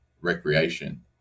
recreation